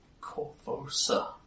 Corvosa